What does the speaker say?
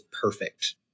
perfect